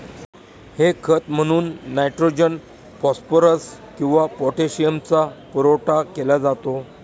हे खत म्हणून नायट्रोजन, फॉस्फरस किंवा पोटॅशियमचा पुरवठा केला जातो